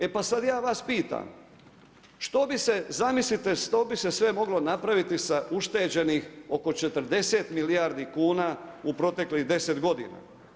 E pa sada ja vas pitam što bi se zamislite što bi se sve moglo napraviti sa ušteđenih oko 40 milijardi kuna u proteklih 10 godina.